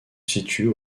situent